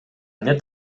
эмне